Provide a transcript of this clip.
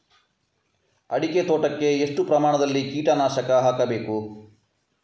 ಅಡಿಕೆ ತೋಟಕ್ಕೆ ಎಷ್ಟು ಪ್ರಮಾಣದಲ್ಲಿ ಕೀಟನಾಶಕ ಹಾಕಬೇಕು?